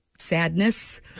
Sadness